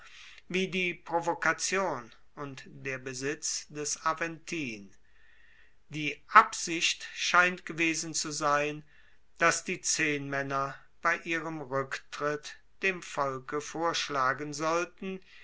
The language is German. wie die provokation und der besitz des aventin die absicht scheint gewesen zu sein dass die zehnmaenner bei ihrem ruecktritt dem volke vorschlagen sollten